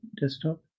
desktop